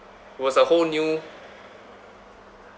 was a whole new